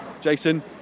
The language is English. Jason